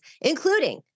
including